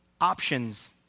options